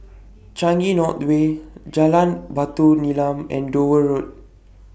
Changi North Way Jalan Batu Nilam and Dover Road